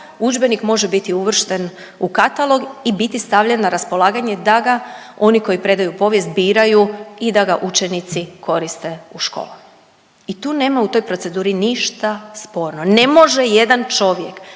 udžbenik može biti uvršten u katalog i biti stavljen na raspolaganje da ga oni koji predaju povijest biraju i da ga učenici koriste u školama. I tu nema u toj proceduri ništa sporno, ne može jedan čovjek